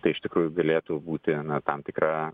tai iš tikrųjų galėtų būti tam tikra